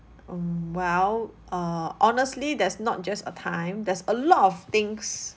mm well err honestly there's not just a time there's a lot of things